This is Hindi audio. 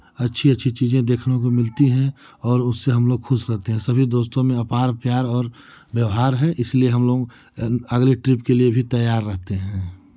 अच्छी अच्छी चीज़ें देखने को मिलती है और उससे हमलोग खुश रहते हैं सभी दोस्तों में अपार प्यार और व्यवहार है इसलिए हमलोग अगले ट्रिप के लिए भी तैयार रहते हैं